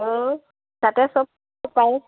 অঁ তাতে চব পায়ে